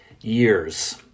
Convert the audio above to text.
years